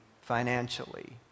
financially